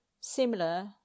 similar